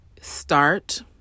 start